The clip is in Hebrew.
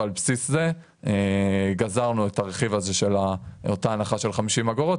ועל בסיס זה גזרנו את הרכיב הזה של אותה ההנחה של ה-50 אגורות,